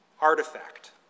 artifact